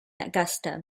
augusta